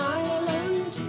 island